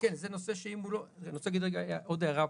אני רוצה להגיד רגע עוד הערה פרקטית.